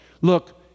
Look